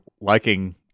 liking